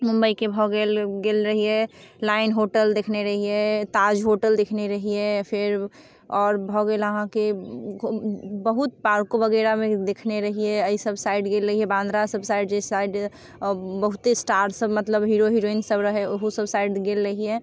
मुम्बइके भऽ गेल गेल रहिए लॉयन होटल देखने रहिए ताज होटल देखने रहिए फेर आओर आओर भऽ गेल अहाँके बहुत पार्को वगैरहमे देखने रहिए एहिसब साइड गेल रहिए बान्द्रासब साइड जे साइड बहुते स्टारसब मतलब हीरो हिरोइनसब रहै ओहोसब साइड गेल रहिए